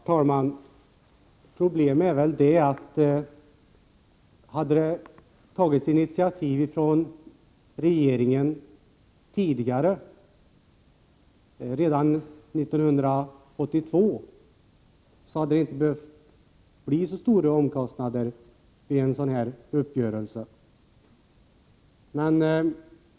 Herr talman! Om regeringen hade tagit initiativ tidigare, redan 1982, hade det inte behövt bli så stora kostnader vid en sådan här uppgörelse.